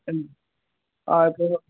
கண் ஆ இப்போது